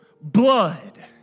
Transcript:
blood